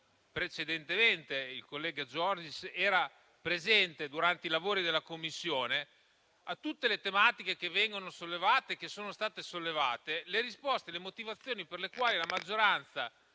precedentemente (il collega Giorgis era presente durante i lavori della Commissione) che, a tutte le tematiche che sono state sollevate, sono state date le risposte e le motivazioni per le quali la maggioranza